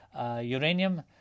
uranium